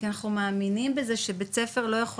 כי אנחנו מאמינים בזה שבית ספר לא יכול